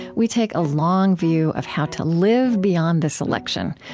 we take a long view of how to live beyond this election,